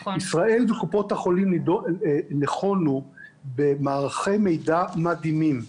ישראל וקופות החולים נחונו במערכי מידע מדהימים,